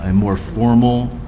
um more formal